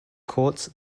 courts